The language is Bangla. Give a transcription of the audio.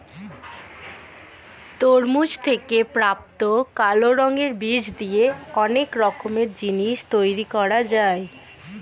তরমুজ থেকে প্রাপ্ত কালো রঙের বীজ দিয়ে অনেক রকমের জিনিস তৈরি করা যায়